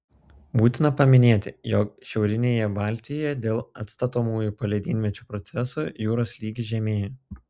būtina paminėti jog šiaurinėje baltijoje dėl atstatomųjų poledynmečio procesų jūros lygis žemėja